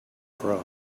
from